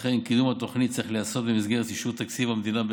לכן קידום התוכנית צריך להיעשות במסגרת אישור תקציב המדינה,